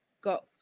got